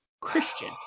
Christian